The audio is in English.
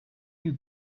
you